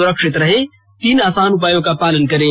सुरक्षित रहें और तीन आसान उपायों का पालन करें